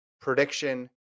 prediction